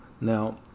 Now